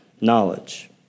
knowledge